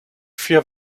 vier